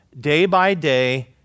day-by-day